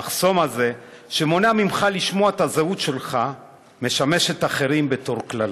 המחסום הזה שמונע ממך לשמוע את הזהות שלך משמשת אחרים בתור קללה.